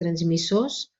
transmissors